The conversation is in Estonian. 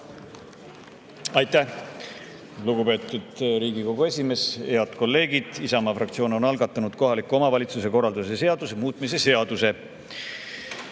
Aitäh, lugupeetud Riigikogu esimees! Head kolleegid! Isamaa fraktsioon on algatanud kohaliku omavalitsuse korralduse seaduse muutmise seaduse,